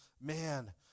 Man